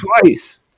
Twice